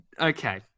okay